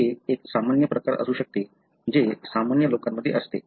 हे एक सामान्य प्रकार असू शकते जे सामान्य लोकांमध्ये असते